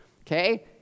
okay